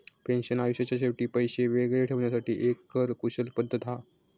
pension आयुष्याच्या शेवटी पैशे वेगळे ठेवण्यासाठी एक कर कुशल पद्धत हा